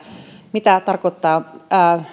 mitä tarkoittaa